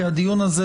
כי הדיון הזה,